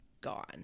gone